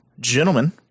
Gentlemen